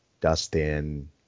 Dustin